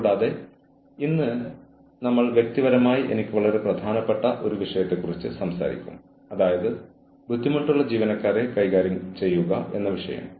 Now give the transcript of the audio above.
മാനവ വിഭവശേഷി മാനേജ്മെന്റുമായി ബന്ധപ്പെട്ട വിവിധ കാര്യങ്ങൾ ഞങ്ങൾ ഇതുവരെ ചർച്ച ചെയ്തിട്ടുണ്ട്